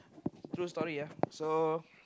true story uh so